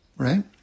Right